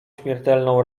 śmiertelną